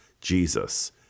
Jesus